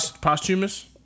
posthumous